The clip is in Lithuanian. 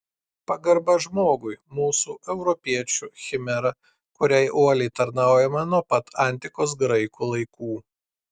pagarba žmogui mūsų europiečių chimera kuriai uoliai tarnaujame nuo pat antikos graikų laikų